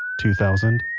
two thousand.